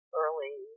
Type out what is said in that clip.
early